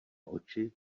oči